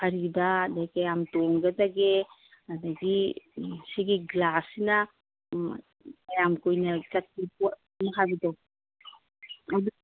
ꯐꯔꯤꯕꯥ ꯑꯗꯩ ꯀꯌꯥꯝ ꯇꯣꯡꯒꯗꯒꯦ ꯑꯗꯒꯤ ꯁꯤꯒꯤ ꯒ꯭ꯂꯥꯁꯁꯤꯅ ꯀꯌꯥꯝ ꯀꯨꯏꯅ ꯆꯠꯄ ꯄꯣꯠꯅꯣ ꯍꯥꯏꯕꯗꯣ ꯑꯗꯨ